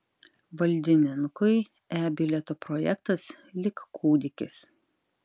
valdininkui e bilieto projektas lyg kūdikis